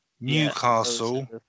Newcastle